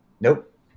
Nope